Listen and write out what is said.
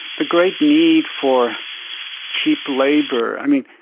the great need for cheap labour, i mean,